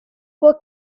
were